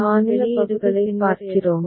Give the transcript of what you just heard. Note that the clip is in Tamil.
முதலில் நாம் வெளியீடுகளைப் பார்க்கிறோம்